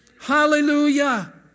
hallelujah